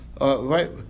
right